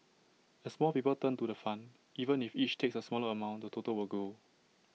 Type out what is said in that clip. as more people turn to the fund even if each takes A smaller amount the total will grow